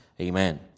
amen